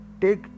take